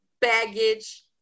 baggage